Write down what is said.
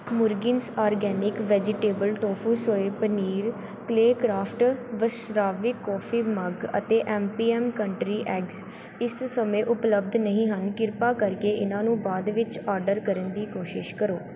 Murginns organic vegetable tofu soy paneer Claycraft ਵਸ਼ਰਾਵਿਕ coffee mug ਅਤੇ M P M country eggs ਇਸ ਸਮੇਂ ਉਪਲੱਬਧ ਨਹੀਂ ਹਨ ਕ੍ਰਿਪਾ ਕਰਕੇ ਇਹਨਾਂ ਨੂੰ ਬਾਅਦ ਵਿੱਚ ਓਰਡਰ ਕਰਨ ਦੀ ਕੋਸ਼ਿਸ਼ ਕਰੋ